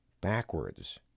backwards